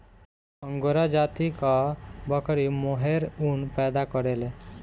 angora जाति कअ बकरी मोहेर ऊन पैदा करेले